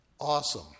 awesome